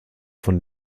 von